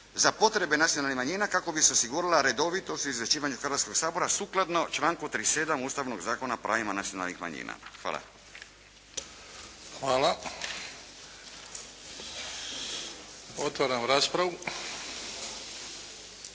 "za potrebe nacionalnih manjina kako bi se osigurala redovitost u izvješćivanju Hrvatskoga sabora sukladno članku 37. Ustavnog zakona o pravima nacionalnih manjina.". Hvala. **Bebić, Luka